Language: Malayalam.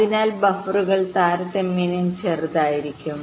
അതിനാൽ ബഫറുകൾ താരതമ്യേന ചെറുതായിരിക്കും